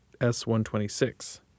S-126